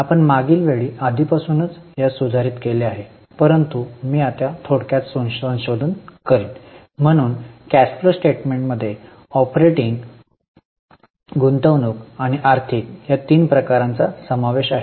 आपण मागील वेळी आधीपासूनच यास सुधारित केले आहे परंतु मी आता थोडक्यात संशोधन करीन म्हणून कॅश फ्लो स्टेटमेंटमध्ये ऑपरेटिंग गुंतवणूक आणि आर्थिक या तीन प्रकारांचा समावेश आहे